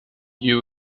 you